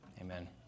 Amen